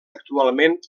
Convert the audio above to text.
actualment